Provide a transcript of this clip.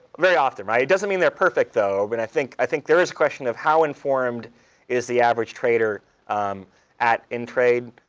very often. it doesn't mean they're perfect, though. but i think i think there is a question of, how informed is the average trader at intrade,